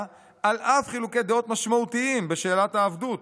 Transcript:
על אף חילוקי דעות משמעותיים בשאלת העבדות.